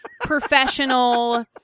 professional